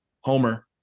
Homer